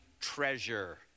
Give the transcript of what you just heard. treasure